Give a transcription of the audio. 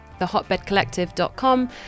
thehotbedcollective.com